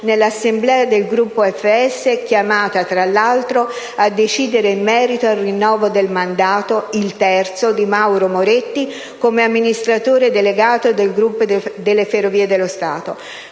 nell'assemblea del gruppo Ferrovie dello Stato, chiamata, tra l'altro, a decidere in merito al rinnovo del mandato - il terzo - di Mauro Moretti come amministratore delegato del gruppo Ferrovie dello Stato.